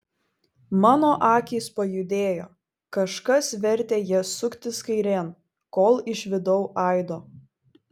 mano akys pajudėjo kažkas vertė jas suktis kairėn kol išvydau aido